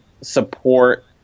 support –